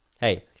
hey